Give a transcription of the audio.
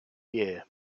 year